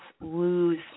lose